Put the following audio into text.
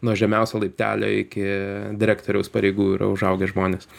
nuo žemiausio laiptelio iki direktoriaus pareigų yra užaugę žmonės